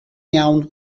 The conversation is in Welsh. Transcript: iawn